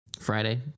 Friday